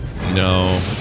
No